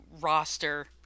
roster